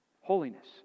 holiness